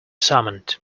summoned